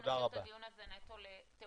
בואו נקדיש את הדיון הזה נטו לתעופה.